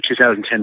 2010